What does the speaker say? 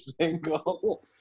single